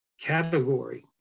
category